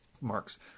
marks